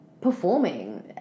performing